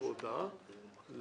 אלה הדברים שאני רוצה.